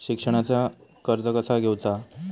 शिक्षणाचा कर्ज कसा घेऊचा हा?